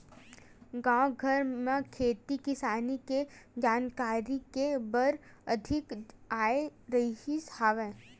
गाँव घर म खेती किसानी के जानकारी दे बर अधिकारी आए रिहिस हवय